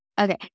Okay